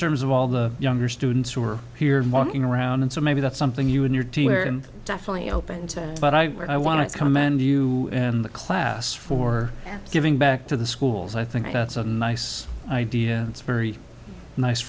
terms of all the younger students who are here walking around and so maybe that's something you and your team are definitely open to but i want to commend you and the class for giving back to the schools i think that's a nice idea it's very nice